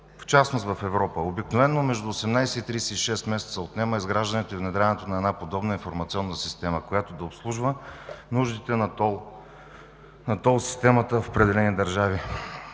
в частност в Европа? Обикновено между 18 и 36 месеца отнема изграждането и внедряването на подобна информационна система, която да обслужва нуждите на тол системата в определени държави.